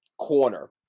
corner